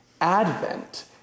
Advent